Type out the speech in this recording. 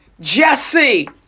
Jesse